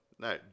No